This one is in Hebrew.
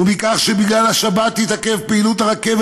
ומכך שבגלל השבת תתעכב פעילות הרכבת